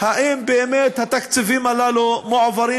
אם באמת התקציבים הללו מועברים.